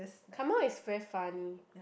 Kamal is very funny